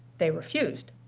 they refused.